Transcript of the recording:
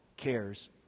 cares